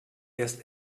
erst